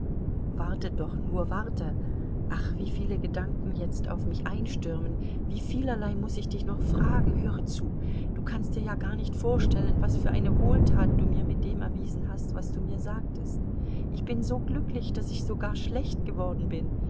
warte doch nur warte ach wie viele gedanken jetzt auf mich einstürmen wie vielerlei muß ich dich noch fragen höre zu du kannst dir ja gar nicht vorstellen was für eine wohltat du mir mit dem erwiesen hast was du mir sagtest ich bin so glücklich daß ich sogar schlecht geworden bin